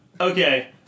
Okay